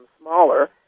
smaller